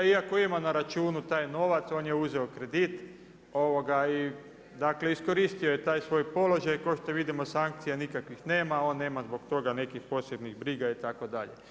Iako ima na računu taj novac on je uzeo kredit i dakle iskoristio je taj svoj položaj, kao što vidimo sankcija nikakvih nema, on nema zbog toga nekih posebnih briga itd.